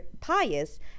pious